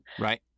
right